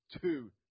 two